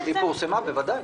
היא פורסמה, בוודאי.